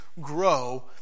grow